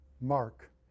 mark